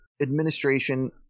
administration